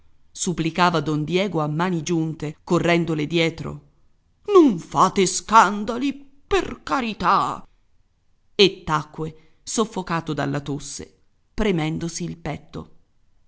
supplicava don diego a mani giunte correndole dietro non fate scandali per carità e tacque soffocato dalla tosse premendosi il petto